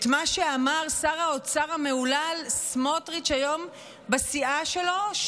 את מה שאמר שר האוצר המהולל סמוטריץ' היום בסיעה שלו,